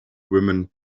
woman